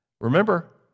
Remember